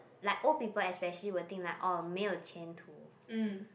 like old people especially will think like orh 没有前途